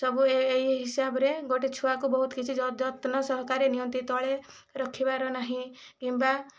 ସବୁ ଏହି ଏହି ହିସାବରେ ଗୋଟିଏ ଛୁଆକୁ ବହୁତ କିଛି ଯତ୍ନ ସହକାରେ ନିଅନ୍ତି ତଳେ ରଖିବାର ନାହିଁ କିମ୍ବା